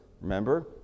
remember